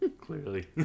Clearly